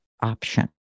option